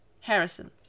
Harrison